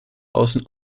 außen